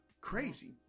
crazy